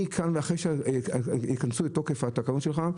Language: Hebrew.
אחרי שיכנסו לתוקף התקנות שלך,